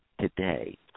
today